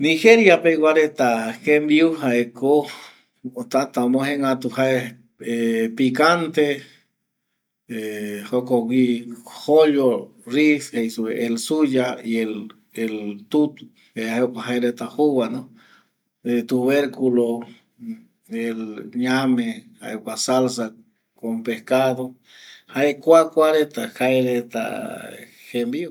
Nigeria pegua reta jembiu jaeko tata omoje gatu picante, el suya jae jokua jaereta jouva, salsa con pescado, jae kua kuareta jaereta y jembiu.